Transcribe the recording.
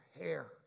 hair